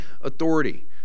authority